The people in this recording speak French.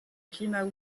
climat